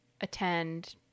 attend